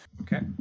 Okay